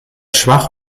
schwach